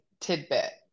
tidbit